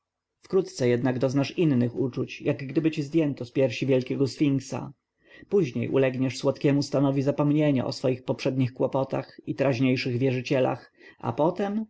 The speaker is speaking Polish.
wkrótce jednak doznasz innych uczuć jakgdyby ci zdjęto z piersi wielkiego sfinksa później ulegniesz słodkiemu stanowi zapomnienia o swoich poprzednich kłopotach i teraźniejszych wierzycielach a potem